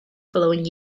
following